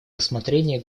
рассмотрения